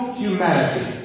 humanity